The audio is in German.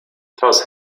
klaus